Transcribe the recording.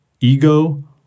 ego